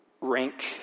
rank